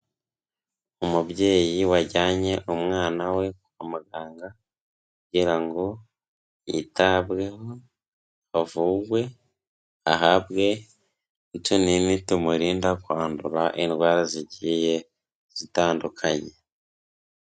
Umubyeyi wajyanye umwana we kwa muganga kugira ngo yitabweho, avurwe, ahabwe n'utunini tumurinda kwandura indwara zigiye zitandukanye.